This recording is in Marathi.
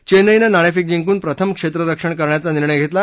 चेन्नईनं नाणेफेक जिंकून प्रथम क्षेत्ररक्षण करण्याचा निर्णय घेतला